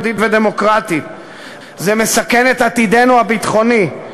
ודמוקרטית וזה מסכן את עתידנו הביטחוני.